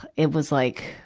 it was like,